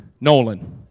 Nolan